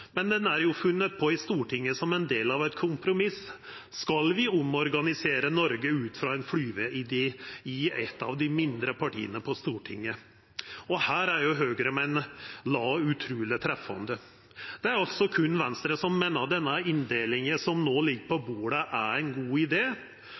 Men den er jo funnet på i Stortinget som en del av et kompromiss. Skal vi omorganisere Norge ut fra en flygeidé i et av de mindre partiene på Stortinget?» Her er Høgre med Lae utruleg treffande. Det er berre Venstre som meiner at denne inndelinga som no ligg på